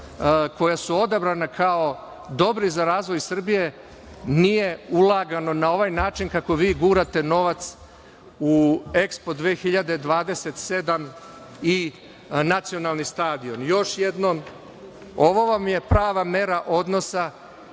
koja su odabrana kao dobri za razvoj Srbije nije ulagano na ovaj način kako vi gurate novac u EKSPO 2027 i nacionalni stadion? Još jednom, ovo vam je prava mera odnosa